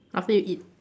after you eat